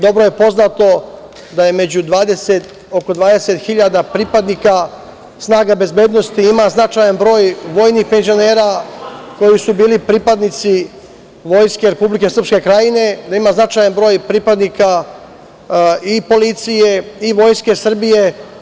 Dobro je poznato da je među 20 hiljada pripadnika snaga bezbednosti ima značajan broj vojnih penzionera koji su bili pripadnici Vojske Republike Srpske Krajine, da ima značajan broj pripadnika i policije i Vojske Srbije.